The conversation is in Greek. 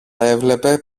έβλεπε